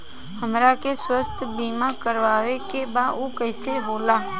हमरा के स्वास्थ्य बीमा कराए के बा उ कईसे होला?